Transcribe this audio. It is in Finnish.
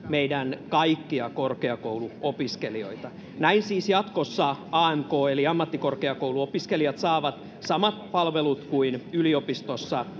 meidän kaikkia korkeakouluopiskelijoitamme näin siis jatkossa amk eli ammattikorkeakouluopiskelijat saavat samat palvelut kuin yliopistossa